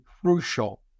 crucial